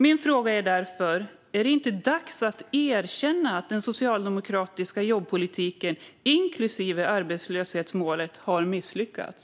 Min fråga är därför: Är det inte dags att erkänna att den socialdemokratiska jobbpolitiken, inklusive arbetslöshetsmålet, har misslyckats?